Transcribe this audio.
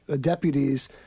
deputies